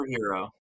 superhero